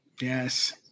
yes